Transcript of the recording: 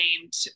named